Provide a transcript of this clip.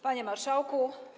Panie Marszałku!